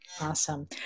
Awesome